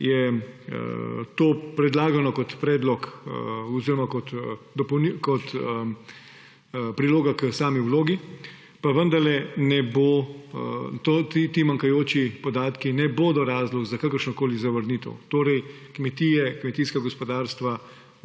je to predlagano kot priloga k sami vlogi, pa vendarle ti manjkajoči podatki ne bodo razlog za kakršnokoli zavrnitev. Torej, kmetije, kmetijska gospodarstva